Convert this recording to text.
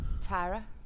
tara